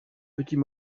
petits